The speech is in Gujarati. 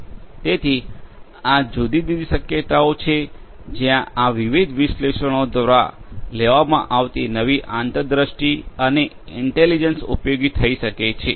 તેથી આ જુદી જુદી શક્યતાઓ છે જ્યાં આ વિવિધ વિશ્લેષણો દ્વારા લેવામાં આવેલી નવી આંતરદૃષ્ટિ અને ઇન્ટેલિજન્સ ઉપયોગી થઈ શકે છે